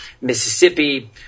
Mississippi